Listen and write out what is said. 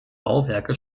bauwerke